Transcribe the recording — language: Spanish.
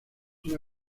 una